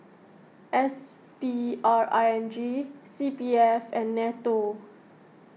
S P R I N G C P F and Nato